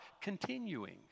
continuing